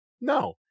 No